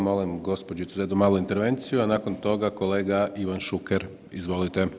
Molim gospođicu za jednu malu intervenciju, a nakon toga kolega Ivan Šuker, izvolite.